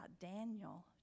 Daniel